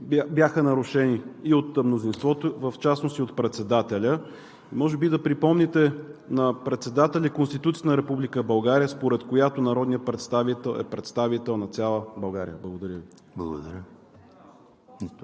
бяха нарушени и от мнозинството, и в частност от председателя. Може би да припомните на председателя Конституцията на Република България, според която народният представител е представител на цяла България. Благодаря Ви.